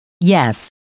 Yes